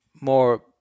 more